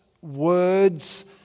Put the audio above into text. words